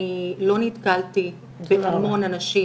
אני לא נתקלתי בהמון אנשים